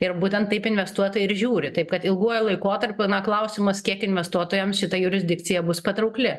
ir būtent taip investuotojai ir žiūri taip kad ilguoju laikotarpiu na klausimas kiek investuotojams šita jurisdikcija bus patraukli